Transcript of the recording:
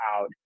out